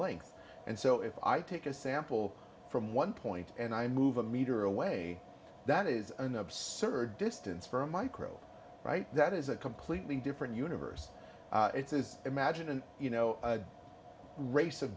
length and so if i take a sample from one point and i move a meter away that is an absurd distance for a microbe right that is a completely different universe it's is imagine an you know a race of